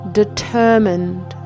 determined